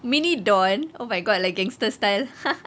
mini don oh my god like gangster style